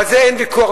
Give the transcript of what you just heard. ועל זה אין ויכוח,